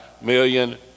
million